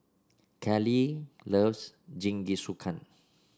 Kaley loves Jingisukan